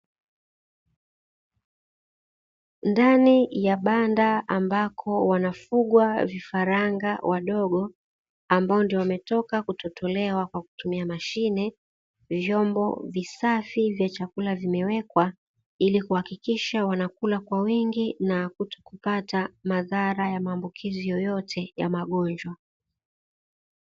Ndani ya banda ambako wanafugwa vifaranga wadogo, ambao ndio wametoka kutotolewa kwa kutumia mashine. Vyombo visafi vya chakula vimewekwa ili kuhakikisha wanakula kwa wingi na kutokupata madhara ya maambukizi yoyote ya magonjwa.